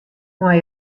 mei